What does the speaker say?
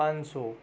પાંચસો